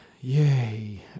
yay